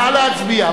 נא להצביע.